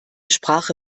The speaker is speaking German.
sprache